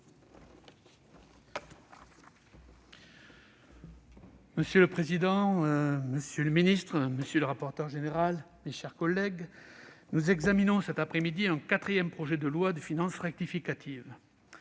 Monsieur le président, monsieur le ministre, mes chers collègues, nous examinons cet après-midi un quatrième projet de loi de finances rectificative.